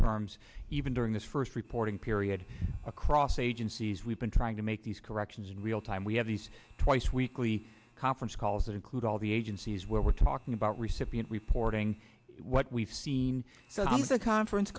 terms even during this first reporting period across agencies we've been trying to make these corrections in real time we have these twice weekly conference calls that include all the agencies where we're talking about recipient reporting what we've seen